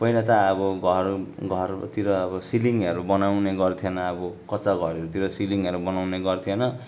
पहिला त अब घर घरतिर अब सिलिङहरू बनाउँने गर्थेन अब कच्चा घरहरूतिर सिलिङहरू बनाउँने गर्थेन